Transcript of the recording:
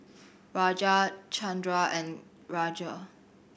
Raja Chandra and Raja